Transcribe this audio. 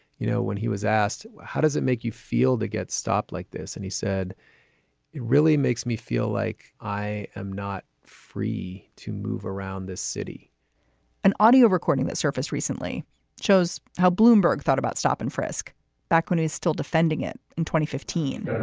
you know, when he was asked, how does it make you feel to get stopped like this? and he said, it really makes me feel like i am not free to move around this city an audio recording that surfaced recently shows how bloomberg thought about stop and frisk back when he's still defending it in two thousand and